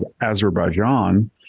Azerbaijan